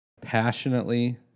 passionately